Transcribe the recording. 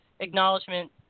Acknowledgement